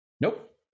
Nope